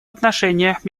отношениях